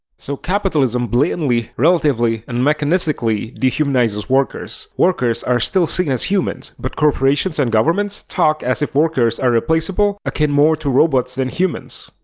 so capitalism blatantly, relatively and mechanistically dehumanizes workers. workers are still seen as humans, but corporations and governments talk as if workers are replaceable, akin more to robots than humans.